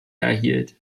erhielt